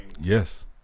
yes